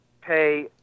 pay